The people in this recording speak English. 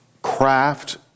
Craft